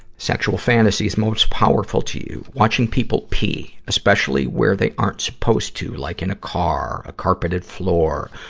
sexual fantasies most powerful to you watching people pee, especially where they aren't supposed to, like in a car, a carpeted floor,